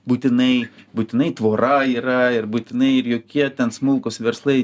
būtinai būtinai tvora yra ir būtinai ir jokie ten smulkūs verslai